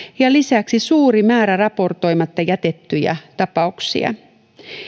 ja lisäksi suuri määrä raportoimatta jätettyjä tapauksia